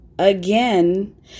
Again